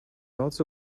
also